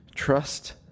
trust